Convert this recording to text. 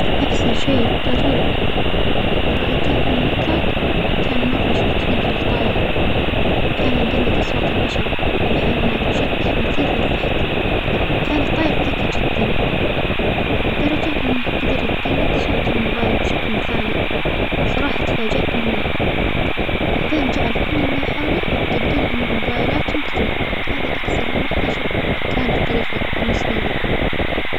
أكثر شيء طريف رأيته على الإطلاق كان مرة شوفت فيديو لطائر كان يقلد صوت البشر والحيوانات بشكل مثير للضحك، كان الطائر ذكى جدا لدرجة أنه قدر يقلد صوت الموبايل بشكل مثالي، صراحة اتفاجأت منه، بعدين جعل كل اللى حوله يعتقدون إن موبايلاتهم ترن، هذه أكثر لحظه شف-كانت طريفة بالنسبة لى.